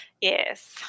Yes